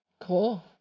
cool